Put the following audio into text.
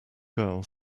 girl